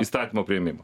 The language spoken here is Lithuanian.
įstatymo priėmimu